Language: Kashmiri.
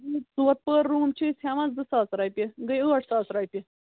ژور پٔر روٗم چھِ أسۍ ہٮ۪وان زٕ ساس رۄپیہِ گٔے ٲٹھ ساس رۄپیہِ